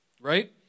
Right